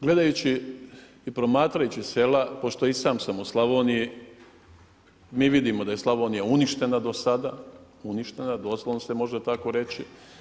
Gledajući i promatrajući sela pošto i sam sam u Slavoniji, mi vidimo da je Slavonija uništena do sada, uništena, doslovno se može tako reći.